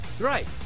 Right